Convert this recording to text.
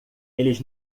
eles